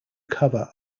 cover